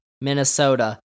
Minnesota